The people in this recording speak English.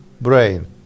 brain